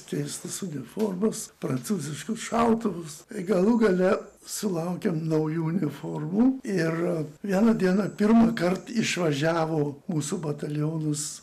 keistas uniformas prancūziškus šautuvus ir galų gale sulaukėm naujų uniformų ir vieną dieną pirmąkart išvažiavo mūsų batalionas